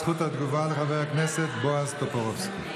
זכות התגובה לחבר הכנסת בועז טופורובסקי,